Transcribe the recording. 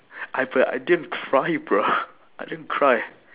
I but I didn't cry bruh I didn't cry